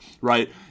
right